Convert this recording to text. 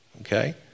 Okay